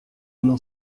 n’en